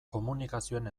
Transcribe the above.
komunikazioen